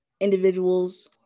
Individuals